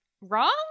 wrong